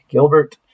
Gilbert